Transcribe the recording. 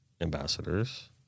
Ambassadors